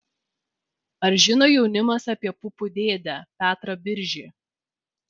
ar žino jaunimas apie pupų dėdę petrą biržį